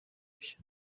بشه